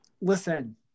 listen